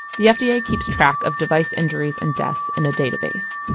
the fda yeah keeps track of device injuries and deaths in a database,